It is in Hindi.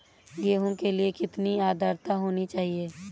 गेहूँ के लिए कितनी आद्रता होनी चाहिए?